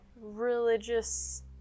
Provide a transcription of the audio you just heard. religious